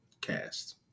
cast